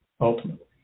ultimately